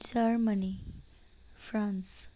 Germany France